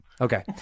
Okay